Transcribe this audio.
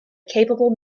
capable